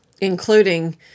Including